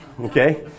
Okay